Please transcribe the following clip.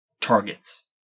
targets